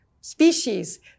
species